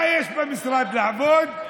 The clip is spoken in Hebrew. מה יש במשרד לעבוד?